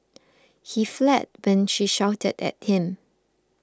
he fled when she shouted at him